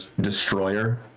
destroyer